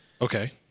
Okay